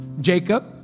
Jacob